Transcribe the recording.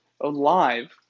alive